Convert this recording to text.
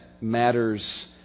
matters